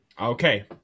Okay